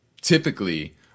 typically